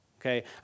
Okay